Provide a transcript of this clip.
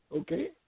Okay